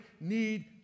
need